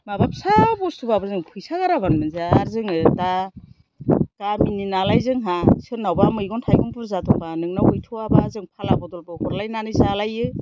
माबा फिसा बस्तुबाबो जों फैसा गाराबानो मोनजाया आर जोङो दा गामिनि नालाय जोंहा सोरनावबा मैगं थाइगं बुरजा दंबा नोंनाव गैथ'आबा जों फाला बदलबो हरलायनानै जालायो